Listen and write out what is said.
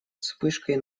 вспышкой